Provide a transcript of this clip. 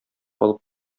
алып